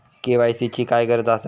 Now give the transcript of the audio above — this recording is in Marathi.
के.वाय.सी ची काय गरज आसा?